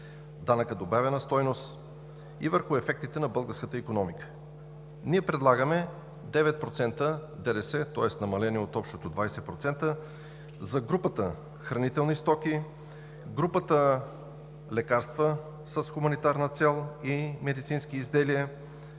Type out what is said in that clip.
данъка добавена стойност и върху ефектите на българската икономика. Ние предлагаме 9% ДДС, тоест намаление от общото 20% за групата хранителни стоки, групата лекарства с хуманитарна цел и медицински изделия,